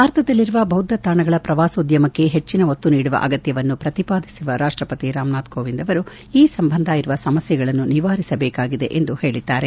ಭಾರತದಲ್ಲಿರುವ ಬೌದ್ದ ತಾಣಗಳ ಪ್ರವಾಸೋದ್ದಮಕ್ಕೆ ಹೆಚ್ಲನ ಒತ್ತು ನೀಡುವ ಅಗತ್ಯವನ್ನು ಪ್ರತಿಪಾದಿಸಿರುವ ರಾಷ್ಲಪತಿ ರಾಮನಾಥ್ ಕೋವಿಂದ್ ಅವರು ಈ ಸಂಬಂಧ ಇರುವ ಸಮಸ್ಥೆಗಳನ್ನು ನಿವಾರಿಸಬೇಕಾಗಿದೆ ಎಂದು ಹೇಳಿದ್ದಾರೆ